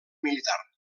militar